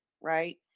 right